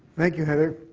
thank you, heather.